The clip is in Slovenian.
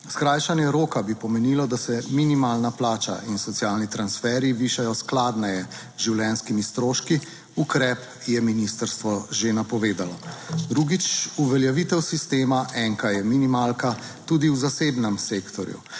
Skrajšanje roka bi pomenilo, da se minimalna plača in socialni transferji višajo skladneje z življenjskimi stroški. Ukrep je ministrstvo že napovedalo. Drugič, uveljavitev sistema enka je minimalka, tudi v zasebnem sektorju,